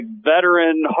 veteran